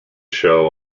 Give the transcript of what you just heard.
show